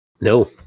No